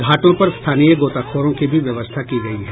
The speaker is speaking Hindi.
घाटों पर स्थानीय गोताखोरों की भी व्यवस्था की गयी है